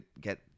get